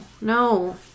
no